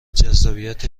جذابیت